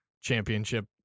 championship